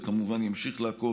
וכמובן ימשיך לעקוב,